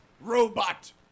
robot